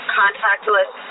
contactless